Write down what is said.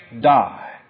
die